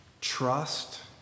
Trust